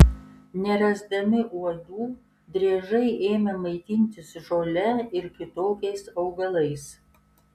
nerasdami uodų driežai ėmė maitintis žole ir kitokiais augalais